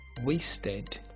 wasted